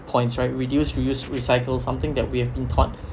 points right reduce reuse recycle something that we've been taught